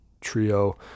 trio